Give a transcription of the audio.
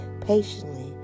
patiently